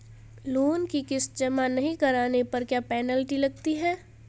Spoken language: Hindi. लोंन की किश्त जमा नहीं कराने पर क्या पेनल्टी लगती है?